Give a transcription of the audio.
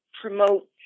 promote